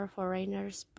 Foreigners